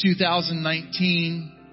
2019